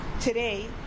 Today